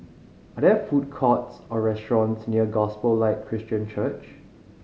are there food courts or restaurants near Gospel Light Christian Church